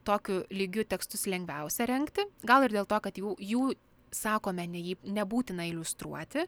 tokiu lygiu tekstus lengviausia rengti gal ir dėl to kad jų jų sakome ne jį nebūtina iliustruoti